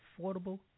affordable